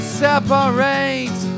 separate